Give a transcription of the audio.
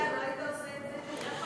אתה לא היית עושה את זה?